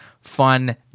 fun